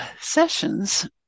sessions